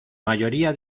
mayoría